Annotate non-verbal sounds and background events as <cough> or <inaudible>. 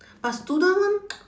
but student one <noise>